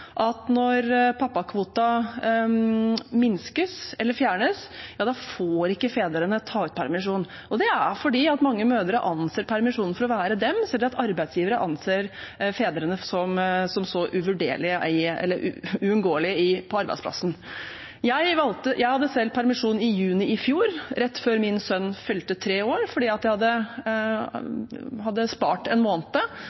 at når pappakvoten minskes eller fjernes, får ikke fedrene ta ut permisjon. Det er fordi mange mødre anser permisjonen for å være deres, eller at arbeidsgivere anser fedrene som uvurderlige eller uunngåelige på arbeidsplassen. Jeg hadde selv permisjon i juni i fjor, rett før min sønn fylte tre år, fordi jeg hadde spart en måned, og det var en fantastisk tid med en liten fyr som snart fylte tre år. Så det er et